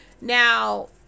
Now